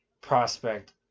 prospect